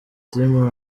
team